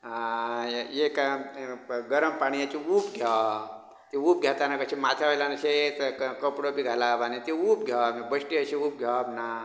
एक गरम पाणयाचे उब घेवप ती उब घेतना कशी माथा वयल्यान अशें कपडो बी घालप आनी ती उब घेवप बेश्टी अशी उब घेवप ना